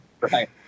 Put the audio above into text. Right